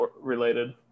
related